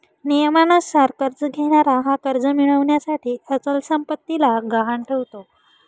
नियमानुसार कर्ज घेणारा हा कर्ज मिळविण्यासाठी अचल संपत्तीला गहाण ठेवतो